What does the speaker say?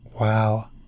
Wow